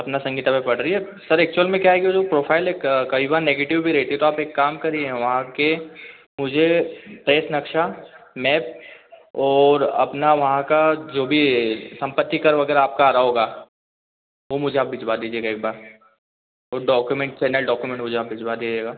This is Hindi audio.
सपना संगीता में क्वाटर लिया सर एक्चुअल में क्या है कि जो वो प्रोफाइल एक करीबन निगेटिव भी रहती तो आप एक काम करिए वहाँ के मुझे एक नक्शा मेप और अपना वहाँ का जो भी संपत्ति कर वगैरह आपका आ रहा होगा वो मुझे आप भिजवा दीजिएगा एक बार वो डोकुमेंट्स है ना डोकुमेंट मुझे आप भिजवा दीजिएगा